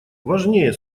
важнее